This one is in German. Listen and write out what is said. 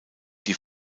die